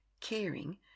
caring